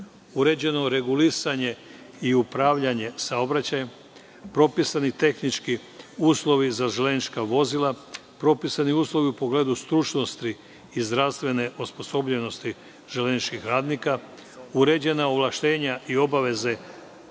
uređeno je regulisanje i upravljanje saobraćajem, propisani su tehnički uslovi za železnička vozila, propisani su uslovi u pogledu stručnosti i zdravstvene osposobljenosti železničkih radnika, uređena su ovlašćenja i obaveze